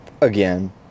again